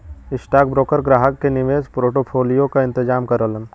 stockbroker ग्राहक के निवेश पोर्टफोलियो क इंतजाम करलन